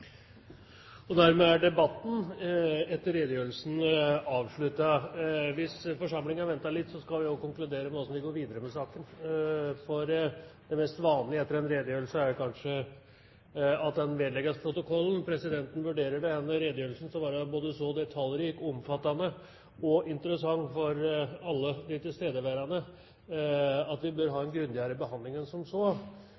Dermed er kommentarrunden om redegjørelsen avsluttet. Hvis forsamlingen venter litt, skal vi også konkludere med hvordan vi går videre med denne saken, for det mest vanlige etter en sånn redegjørelse er kanskje at den vedlegges protokollen. Presidenten vurderer denne redegjørelsen til å være så detaljrik, omfattende og interessant for alle de tilstedeværende at vi bør ha